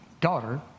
daughter